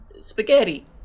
spaghetti